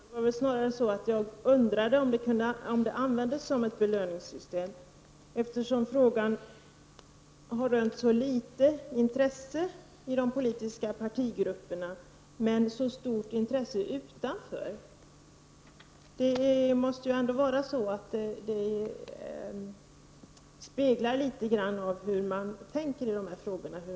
Herr talman! Det var väl snarare så att jag undrade om Nordiska rådet användes som ett belöningssystem, eftersom frågan har rönt så litet intresse i de politiska partierna men så stort intresse utanför. Hur man svarar måste väl också avspegla vad man tänker i dessa frågor.